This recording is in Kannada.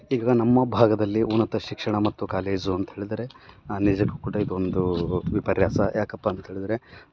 ಈಗ ನಮ್ಮ ಭಾಗದಲ್ಲಿ ಉನ್ನತ ಶಿಕ್ಷಣ ಮತ್ತು ಕಾಲೇಜು ಅಂತ ಹೇಳಿದರೆ ನಿಜಕ್ಕೂ ಕೂಡ ಇದೊಂದು ವಿಪರ್ಯಾಸ ಯಾಕಪ್ಪ ಅಂತ ಹೇಳಿದರೆ